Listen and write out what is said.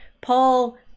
Paul